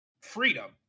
freedom